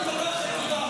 חבר הכנסת שמחה